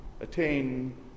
attain